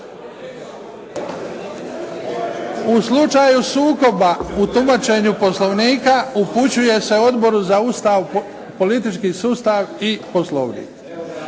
u slučaju sukoba u tumačenju Poslovnika upućuje se Odboru za Ustav, politički sustav i poslovnik.